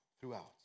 throughout